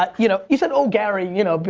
but you know. you said, oh, gary. you know, but